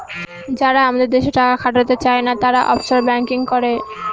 যারা আমাদের দেশে টাকা খাটাতে চায়না, তারা অফশোর ব্যাঙ্কিং করে